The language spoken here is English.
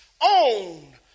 own